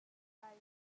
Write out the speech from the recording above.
lai